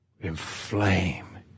Inflame